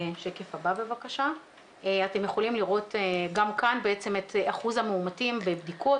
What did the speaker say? אתם יכולים לראות גם כאן בעצם את אחוז המאומתים בבדיקות.